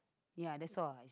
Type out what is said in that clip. ya that's all I see